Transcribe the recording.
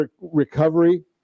recovery